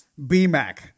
BMac